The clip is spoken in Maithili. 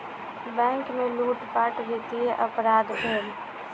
बैंक में लूटपाट वित्तीय अपराध भेल